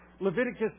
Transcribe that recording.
Leviticus